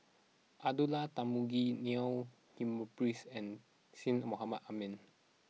Abdullah Tarmugi Neil Humphreys and Syed Mohamed Ahmed